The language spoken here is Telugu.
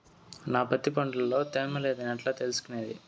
నా పత్తి పంట లో తేమ లేదని ఎట్లా తెలుసుకునేది?